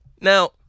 Now